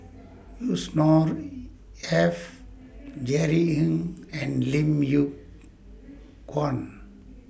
Yusnor Ef Jerry Ng and Lim Yew Kuan